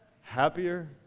happier